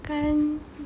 kan